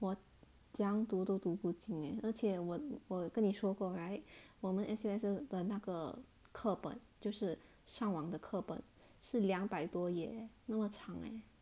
我怎么样读都读不进 leh 而且我我跟你说过 right 我们 S_U_S_S 的那个课本就是上网的课本是两百多页那么长 leh